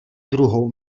druhou